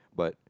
but